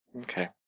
Okay